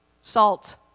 Salt